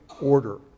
order